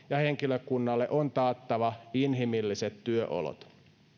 ja henkilökunnalle on taattava inhimilliset työolot